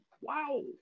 Wow